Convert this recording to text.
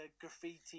graffiti